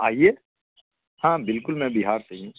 आइए हाँ बिल्कुल मैं बिहार से ही हूँ